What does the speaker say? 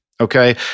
okay